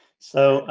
so